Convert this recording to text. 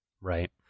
Right